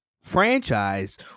franchise